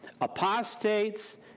apostates